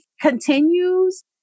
continues